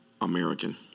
American